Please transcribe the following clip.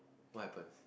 what happen